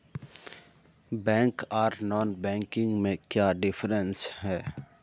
Bank आर non banking में क्याँ डिफरेंस है?